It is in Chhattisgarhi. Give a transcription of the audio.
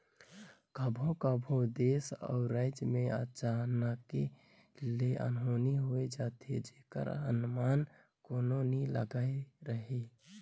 कभों कभों देस अउ राएज में अचानके ले अनहोनी होए जाथे जेकर अनमान कोनो नी लगाए रहें